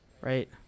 right